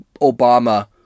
Obama